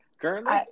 currently